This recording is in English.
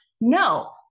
No